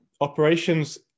operations